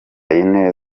yine